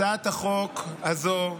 הצעת החוק הזו,